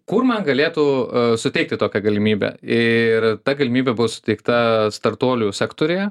kur man galėtų suteikti tokią galimybę ir ta galimybė buvo suteikta startuolių sektoriuje